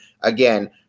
again